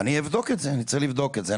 אני צריך לבדוק את זה,